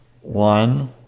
one